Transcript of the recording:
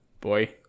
Boy